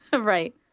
Right